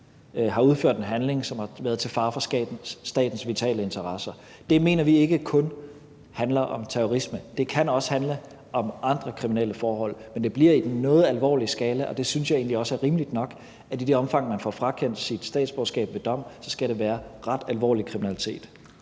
har udført en handling, som har været til fare for statens vitale interesser. Det mener vi ikke kun handler om terrorisme. Det kan også handle om andre kriminelle forhold, men det bliver i den noget alvorlige skala, og jeg synes egentlig også, det er rimeligt nok, at i det omfang, man får frakendt sit statsborgerskab ved dom, skal det være ret alvorlig kriminalitet.